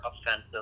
offensive